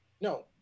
No